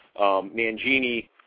Mangini